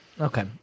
Okay